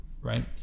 Right